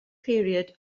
period